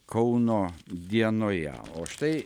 kauno dienoje o štai